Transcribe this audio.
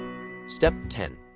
step ten.